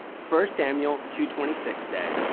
first samuel two twenty six says,